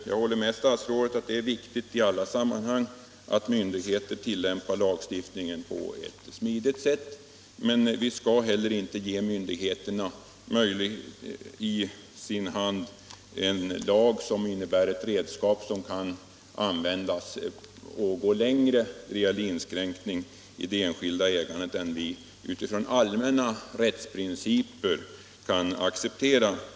Jag håller med statsrådet om att det i alla sammanhang är viktigt att myndigheter tilllämpar lagstiftningen på ett smidigt sätt, men vi skall inte heller sätta i myndigheternas hand en lag som utgör ett redskap som de kan använda för att gå längre i fråga om inskränkning i det enskilda ägandet än vi utifrån allmänna rättsprinciper kan acceptera.